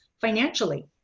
financially